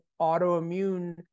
autoimmune